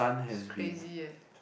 it's crazy eh